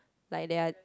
like there're